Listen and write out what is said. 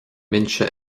mbinse